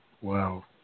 Wow